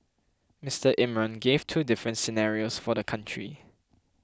Mister Imran gave two different scenarios for the country